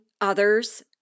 others